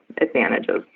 advantages